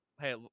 hey